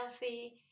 healthy